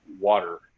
water